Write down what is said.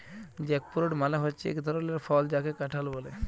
jackfruit মালে হচ্যে এক ধরলের ফল যাকে কাঁঠাল ব্যলে